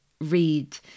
read